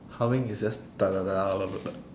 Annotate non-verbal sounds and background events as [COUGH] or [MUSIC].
humming is just [NOISE]